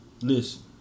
Listen